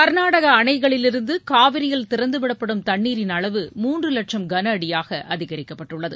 கர்நாடக அணைகளிலிருந்து காவிரியில் திறந்துவிடப்படும் தண்ணீரின் அளவு மூன்று லட்சம் கனஅடியாக அதிகரிக்கப்பட்டுள்ளது